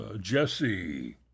Jesse